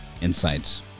insights